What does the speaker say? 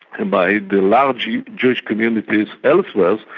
and by the larger jewish community elsewhere,